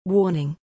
Warning